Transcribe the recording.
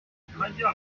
ukagira